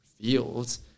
fields